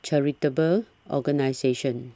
charitable organisations